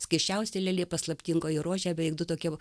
skaisčiausia lelija paslaptingoji rožė beveik du tokie